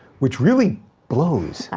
which really blows.